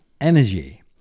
Energy